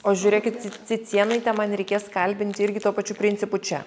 o žiūrėkit ci cicėnaitę man reikės kalbinti irgi tuo pačiu principu čia